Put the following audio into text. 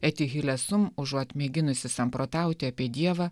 eti hilesum užuot mėginusi samprotauti apie dievą